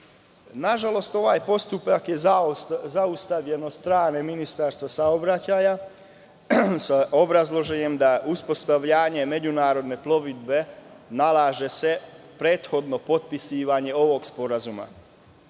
Srbiju. Nažalost, ovaj postupak je zaustavljen od strane Ministarstva saobraćaja sa obrazloženjem da uspostavljanje međunarodne plovidbe nalaže prethodno potpisivanje ovog sporazuma.